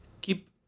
keep